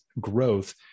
growth